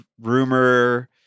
rumor